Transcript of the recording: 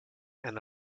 and